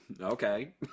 Okay